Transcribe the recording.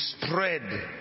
spread